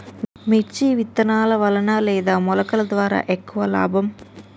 మిర్చి విత్తనాల వలన లేదా మొలకల ద్వారా ఎక్కువ లాభం?